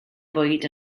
bwyd